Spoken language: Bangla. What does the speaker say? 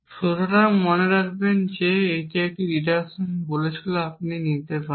সুতরাং মনে রাখবেন যে এটি একটি ডিডাকশন বলেছিল যে আপনি নিতে পারেন